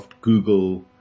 Google